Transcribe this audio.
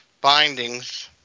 bindings